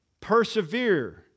persevere